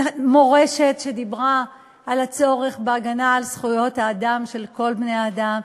מורשת שדיברה על הצורך בהגנה על זכויות האדם של כל בני-האדם.